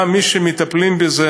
גם מי שמטפלים בזה,